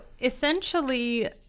essentially